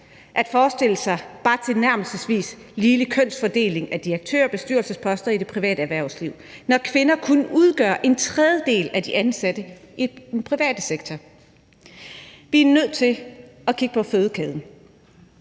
at forestille sig bare tilnærmelsesvis ligelig kønsfordeling af direktører og bestyrelsesposter i det private erhvervsliv, når kvinder kun udgør en tredjedel af de ansatte i den private sektor. Vi er nødt til at kigge på fødekæden,